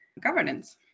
governance